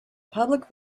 public